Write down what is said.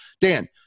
dan